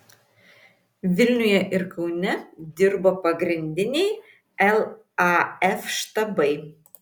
vilniuje ir kaune dirbo pagrindiniai laf štabai